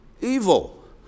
evil